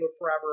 forever